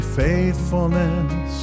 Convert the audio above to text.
faithfulness